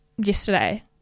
yesterday